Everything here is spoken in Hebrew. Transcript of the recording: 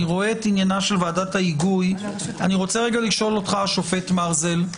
אני רואה את עניינה של ועדת ההיגוי ואני רוצה לשאול אותך השופט מרזל.